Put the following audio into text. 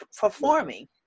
performing